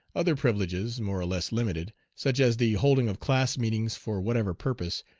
other privileges, more or less limited, such as the holding of class meetings for whatever purpose,